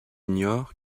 ignore